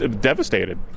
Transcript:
devastated